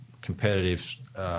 competitive